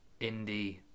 Indie